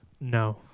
No